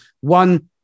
one